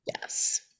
Yes